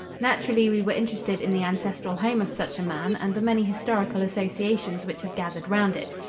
naturally, we were interested in the ancestral home of such a man and the many historical associations which have gathered round it.